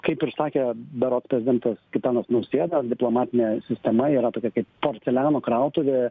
kaip ir sakė berods prezidentas gitanas nausėda diplomatinė sistema yra tokia kaip porceliano krautuvė